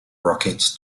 rocket